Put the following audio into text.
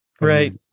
Right